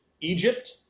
Egypt